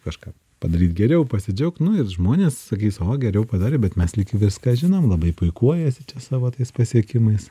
kažką padaryt geriau pasidžiaugt nu ir žmonės sakys o geriau padarė bet mes lyg viską žinom labai puikuojasi čia savo tais pasiekimais